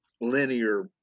linear